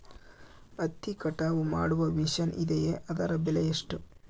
ಹತ್ತಿ ಕಟಾವು ಮಾಡುವ ಮಿಷನ್ ಇದೆಯೇ ಅದರ ಬೆಲೆ ಎಷ್ಟು?